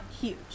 huge